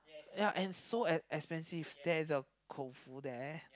ya and so ex~ expensive there is a KouFu there